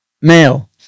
male